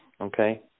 Okay